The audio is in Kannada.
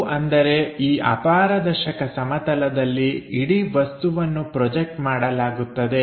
ಇದು ಅಂದರೆ ಈ ಅಪಾರದರ್ಶಕ ಸಮತಲದಲ್ಲಿ ಇಡೀ ವಸ್ತುವನ್ನು ಪ್ರೊಜೆಕ್ಟ್ ಮಾಡಲಾಗುತ್ತದೆ